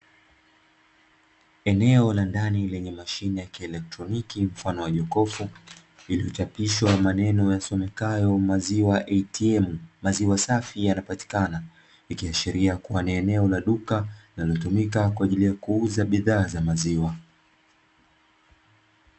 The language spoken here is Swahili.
Eneo la ndani lenye mashine ya kielektroniki, mfano wa jokofu iliyochapishwa maneno yasomekayo maziwa ATM, maziwa safi yanapatikana, likiashiria kuwa ni eneo la duka, linalotumika kwa ajili ya kuuza bidhaa za maziwa.